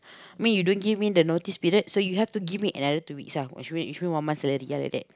you mean you don't give me the notice period so you have to give me another two weeks ah or should wait issue one month salary ya liddat